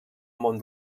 món